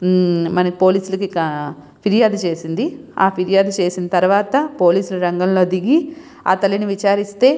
మన పోలీసులకి ఇంక ఫిర్యాదు చేసింది అలా ఫిర్యాదు చేసిన తరువాత పోలీసులు రంగంలో దిగి ఆ తల్లిని విచారిస్తే